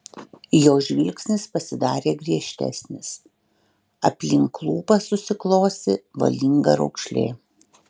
jo žvilgsnis pasidarė griežtesnis aplink lūpas susiklosi valinga raukšlė